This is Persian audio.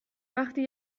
وقتی